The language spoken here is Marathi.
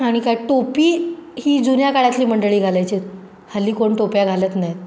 आणि काय टोपी ही जुन्या काळातली मंडळी घालायचीत हल्ली कोण टोप्या घालत नाहीत